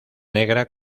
negra